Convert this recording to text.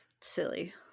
silly